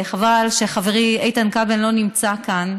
חבל שחברי איתן כבל לא נמצא כאן.